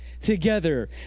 together